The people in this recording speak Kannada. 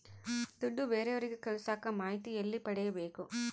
ದುಡ್ಡು ಬೇರೆಯವರಿಗೆ ಕಳಸಾಕ ಮಾಹಿತಿ ಎಲ್ಲಿ ಪಡೆಯಬೇಕು?